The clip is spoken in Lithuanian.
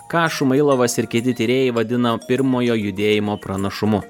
ką šumailovas ir kiti tyrėjai vadina pirmojo judėjimo pranašumu